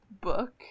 book